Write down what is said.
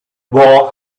war